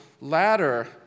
ladder